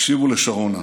תקשיבו לשרונה.